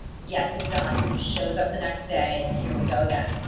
gets it done, shows up the next day, here we go again.